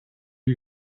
you